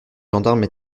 gendarmes